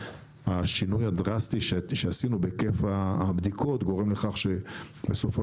השינוי הדרסטי שעשינו בהיקף הבדיקות גורם לכך שבסופו